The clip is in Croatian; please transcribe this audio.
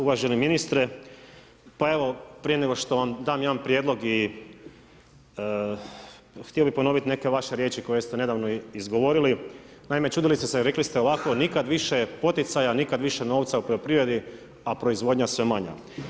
Uvaženi ministre, pa evo, prije nego što vam dam jedan prijedlog, htio bi ponoviti neke vaše riječi, koje ste nedavno izgovorili, naime, čudili ste se, rekli ste, ovako, nikad više poticaja, nikad više novca u poljoprivredi, a proizvodnja sve manja.